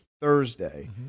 Thursday